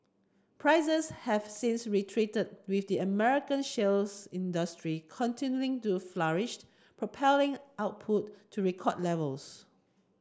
prices have since retreated with the American shale's industry continuing to flourish propelling output to record levels